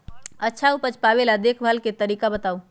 अच्छा उपज पावेला देखभाल के तरीका बताऊ?